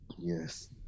Yes